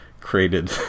created